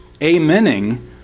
amening